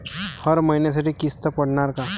हर महिन्यासाठी किस्त पडनार का?